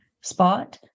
spot